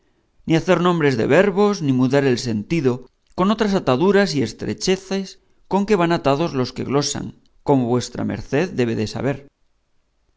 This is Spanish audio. ni hacer nombres de verbos ni mudar el sentido con otras ataduras y estrechezas con que van atados los que glosan como vuestra merced debe de saber